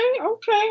okay